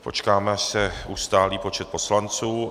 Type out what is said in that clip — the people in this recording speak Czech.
Počkám, až se ustálí počet poslanců.